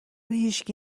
هیشکی